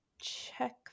check